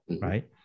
right